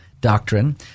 doctrine